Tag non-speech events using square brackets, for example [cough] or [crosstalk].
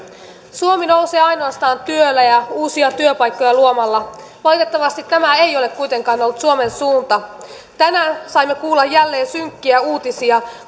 suomi nousee ainoastaan työllä ja uusia työpaikkoja luomalla valitettavasti tämä ei ole kuitenkaan ollut suomen suunta tänään saimme kuulla jälleen synkkiä uutisia [unintelligible]